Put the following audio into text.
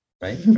right